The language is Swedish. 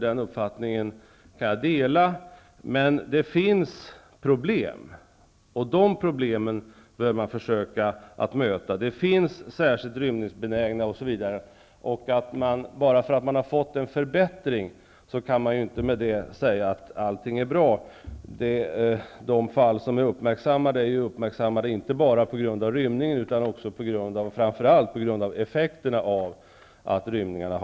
Jag kan dela den uppfattningen, men det finns problem. Dessa problem bör man försöka lösa. Det finns t.ex. särskilt rymningsbenägna personer. Bara för att det har skett en förbättring kan man inte säga att allt är bra. De fall som har uppmärksammats har inte uppmärksammats enbart för att det gäller en rymning utan framför allt på grund av följderna av rymningarna.